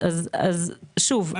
שוב,